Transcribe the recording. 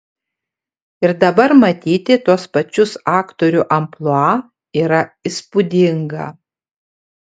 ir dabar matyti tuos pačius aktorių amplua yra įspūdinga